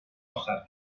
آخره